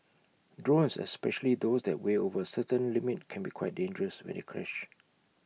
drones especially those that weigh over A certain limit can be quite dangerous when they crash